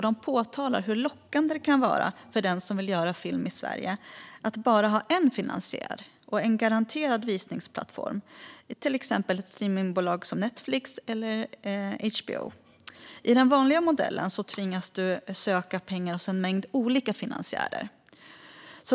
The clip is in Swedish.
De påtalar hur lockande det kan vara för den som vill göra film i Sverige att bara ha en finansiär och en garanterad visningsplattform i till exempel ett streamningsbolag som Netflix eller HBO. I den "vanliga" modellen tvingas du söka pengar hos en mängd olika finansiärer.